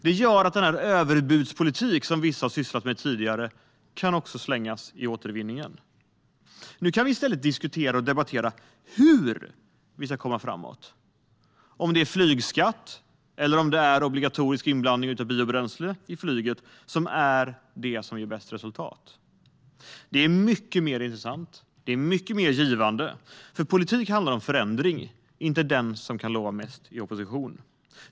Det gör att den överbudspolitik som vissa tidigare har sysslat med kan slängas i återvinningen. Nu kan vi i stället diskutera och debattera hur vi ska komma framåt - om det är flygskatt eller obligatorisk inblandning av biobränsle för flyget som ger bäst resultat. Det är mycket intressantare och mycket mer givande, för politik handlar om förändring och inte om vem som lovar mest i opposition.